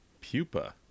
pupa